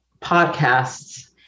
podcasts